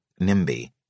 NIMBY